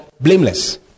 blameless